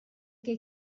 que